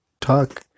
talk